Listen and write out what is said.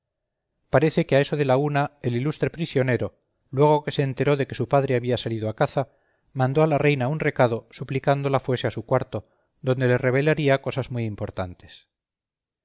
parece que a eso de la una el ilustre prisionero luego que se enteró de que su padre había salido a caza mandó a la reina un recado suplicándola fuese a su cuarto donde le revelaría cosas muy importantes